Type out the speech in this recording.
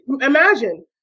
imagine